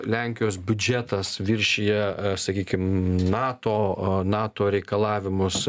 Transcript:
lenkijos biudžetas viršija sakykim nato nato reikalavimus